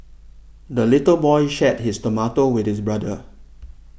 the little boy shared his tomato with his brother